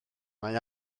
mae